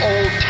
Old